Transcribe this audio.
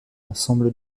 ensemble